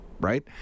right